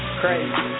crazy